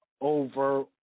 over